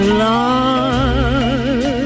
love